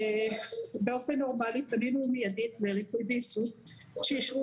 באופן נורמלי פנינו מיידית לריפוי בעיסוק שאישרו